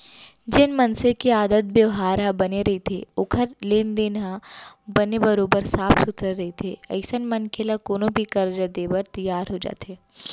जेन मनसे के आदत बेवहार ह बने रहिथे ओखर लेन देन ह बने बरोबर साफ सुथरा रहिथे अइसन मनखे ल कोनो भी करजा देय बर तियार हो जाथे